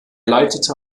leitete